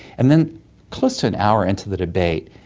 and then close to an hour into the debate,